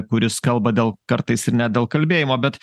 kuris kalba dėl kartais ir ne dėl kalbėjimo bet